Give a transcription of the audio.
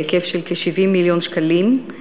בהיקף של כ-70 מיליון שקלים.